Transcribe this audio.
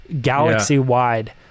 galaxy-wide